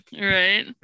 right